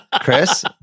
Chris